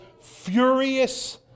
furious